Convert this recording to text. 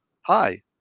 Hi